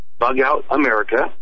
bugoutamerica